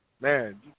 Man